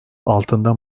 altında